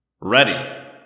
Ready